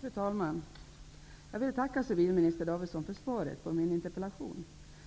Fru talman! Jag vill tacka civilminister Davidson för svaret på min interpellation.